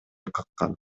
каккан